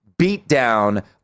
beatdown